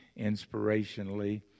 inspirationally